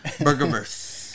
Burger-verse